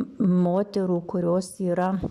moterų kurios yra